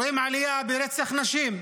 רואים עלייה ברצח נשים,